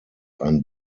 ein